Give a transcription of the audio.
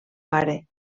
pare